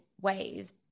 ways